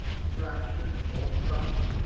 fractured or crushed,